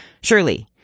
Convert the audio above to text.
Surely